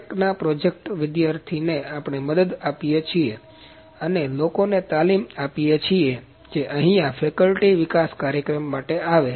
Tech ના project વિદ્યાર્થી ને આપણે મદદ આપીએ છીએ અને લોકોને તાલીમઆપીએ છીએ જે અહીંયા ફેકલ્ટી વિકાસ કાર્યક્રમ માટે આવે